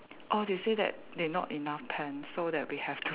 orh they say that they not enough pens so that we have